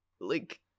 like-